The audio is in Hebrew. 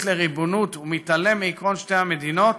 לריבונות ומתעלם מעקרון שתי המדינות